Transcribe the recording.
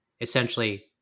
essentially